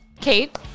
Kate